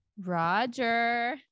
Roger